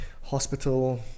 hospital